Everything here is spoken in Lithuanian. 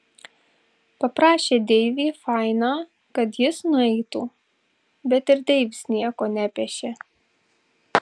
paprašė deivį fainą kad jis nueitų bet ir deivis nieko nepešė